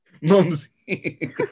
Mumsy